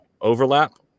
overlap